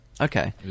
Okay